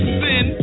sin